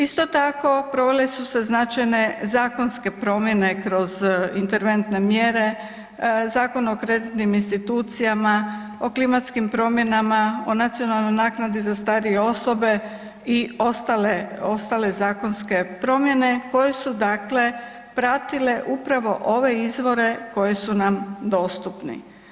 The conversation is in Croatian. Isto tako provele su se značajne zakonske promjene kroz interventne mjere, Zakon o kreditnim institucijama, o klimatskim promjenama, o Nacionalnoj naknadi za starije osobe i ostale zakonske promjene koje su pratile upravo ove izvore koji su nam dostupni.